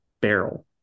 barrel